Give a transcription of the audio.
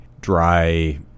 dry